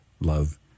love